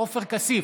עופר כסיף,